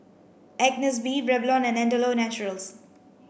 Agnes B Revlon and Andalou Naturals